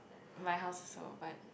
my house also but